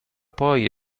poi